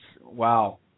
wow